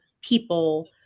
people